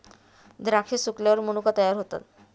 द्राक्षे सुकल्यावर मनुका तयार होतात